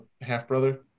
half-brother